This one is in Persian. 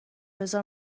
بزار